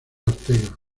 ortega